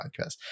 podcast